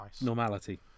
normality